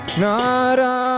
nara